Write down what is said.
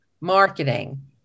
marketing